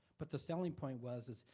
but the selling point was is,